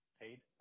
paid